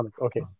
Okay